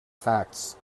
facts